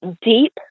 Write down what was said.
deep